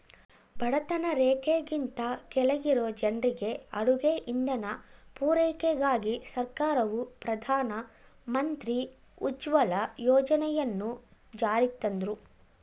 ಬಡತನ ರೇಖೆಗಿಂತ ಕೆಳಗಿರೊ ಜನ್ರಿಗೆ ಅಡುಗೆ ಇಂಧನ ಪೂರೈಕೆಗಾಗಿ ಸರ್ಕಾರವು ಪ್ರಧಾನ ಮಂತ್ರಿ ಉಜ್ವಲ ಯೋಜನೆಯನ್ನು ಜಾರಿಗ್ತಂದ್ರು